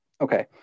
okay